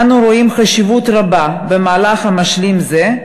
אנו רואים חשיבות רבה במהלך משלים זה,